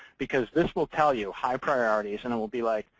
because this will tell you high priorities. and it will be like,